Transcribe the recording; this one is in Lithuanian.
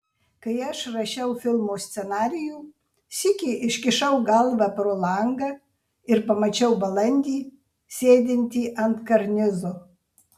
kai aš rašiau filmo scenarijų sykį iškišau galvą pro langą ir pamačiau balandį sėdintį ant karnizo